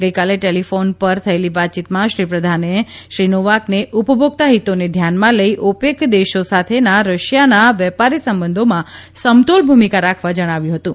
ગઈકાલે ટેલિફોન પર થયેલી વાતચીતમાં શ્રી પ્રધાને શ્રી નોવાકને ઉપભોક્તા હિતોને ધ્યાનમાં લઈ ઓપેક દેશો સાથેના રશિયાના વેપારી સંબંધોમાં સમતોલ ભૂમિકા રાખવા જણાવ્યું હતું